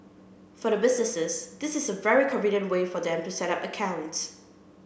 for the businesses this is a very convenient way for them to set up accounts